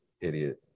idiot